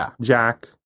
jack